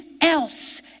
else